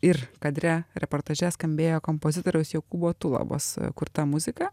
ir kadre reportaže skambėjo kompozitoriaus jokūbo tulabos kurta muzika